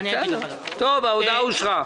ההודעה אושרה.